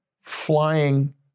flying